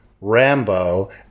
Rambo